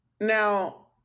Now